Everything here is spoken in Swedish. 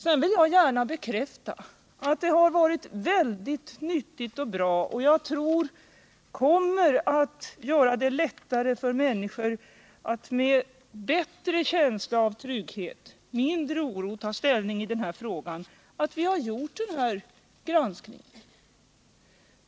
Sedan vill jag gärna bekräfta att det har varit nyttigt och bra och att det kommer att göra det lättare för människor att med bättre känsla av trygghet och mindre oro ta ställning i frågan, att vi har gjort den här granskningen.